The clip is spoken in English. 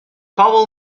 powell